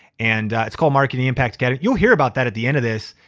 and it's called marketing impacts, get it. you'll hear about that at the end of this,